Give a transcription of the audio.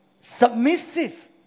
Submissive